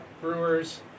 Brewers